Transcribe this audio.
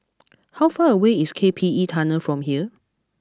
how far away is K P E Tunnel from here